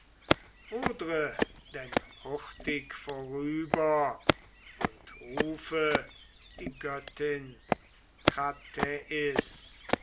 denn hurtig vorüber und rufe die göttin